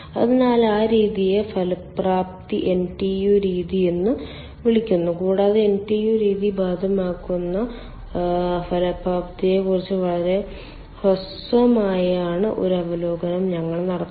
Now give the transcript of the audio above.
അതിനാൽ ആ രീതിയെ ഫലപ്രാപ്തി NTU രീതി എന്ന് വിളിക്കുന്നു കൂടാതെ NTU രീതി ബാധകമാകുന്ന ഫലപ്രാപ്തിയെക്കുറിച്ച് വളരെ ഹ്രസ്വമായ ഒരു അവലോകനം ഞങ്ങൾ നടത്തുന്നു